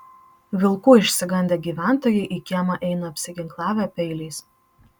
vilkų išsigandę gyventojai į kiemą eina apsiginklavę peiliais